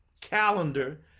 calendar